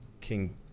King